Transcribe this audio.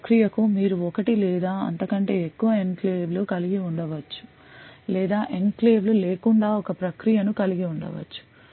ప్రతి ప్రక్రియకు మీరు ఒకటి లేదా అంతకంటే ఎక్కువ ఎన్క్లేవ్లు కలిగి ఉండవచ్చు లేదా ఎన్క్లేవ్లు లేకుండా ఒక ప్రక్రియను కలిగి ఉండవచ్చు